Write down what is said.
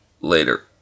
Later